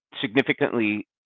significantly